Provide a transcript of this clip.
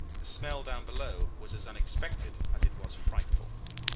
the smell down below was as unexpected as it was frightful.